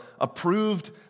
approved